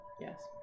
Yes